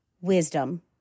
wisdom